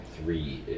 three